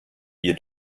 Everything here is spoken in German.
ihr